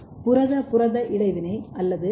புரத புரத இடைவினை அல்லது டி